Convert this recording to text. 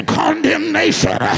condemnation